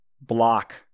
block